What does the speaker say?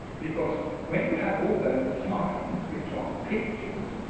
because when you have all those signs, which are pictures,